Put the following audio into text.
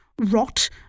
rot